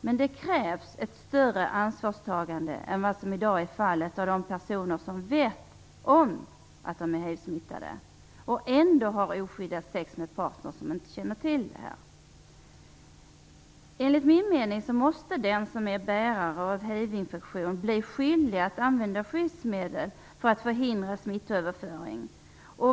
Men det krävs ett större ansvarstagande än vad som i dag är fallet av de personer som vet om att de är hivsmittade och ändå har oskyddat sex med partner som inte känner till detta. Enligt min mening måste den som är bärare av hivinfektion bli skyldig att använda skyddsmedel för att förhindra smittöverföring.